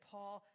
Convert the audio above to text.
Paul